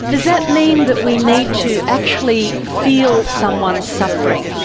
does that mean that we need to actually feel someone's suffering,